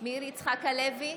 מאיר יצחק הלוי,